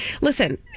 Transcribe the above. Listen